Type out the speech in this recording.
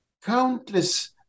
Countless